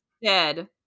dead